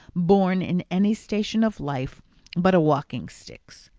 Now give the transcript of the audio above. born in any station of life but a walking-stick's!